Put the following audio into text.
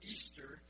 Easter